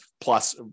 plus